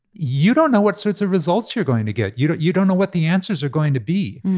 you don't know what sorts of results you're going to get you don't you don't know what the answers are going to be.